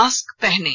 mask पहनें